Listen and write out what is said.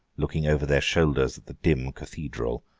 looking over their shoulders at the dim cathedral,